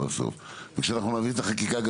אנחנו נעביר את החקיקה בסוף.